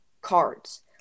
cards